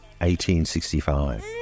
1865